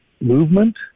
movement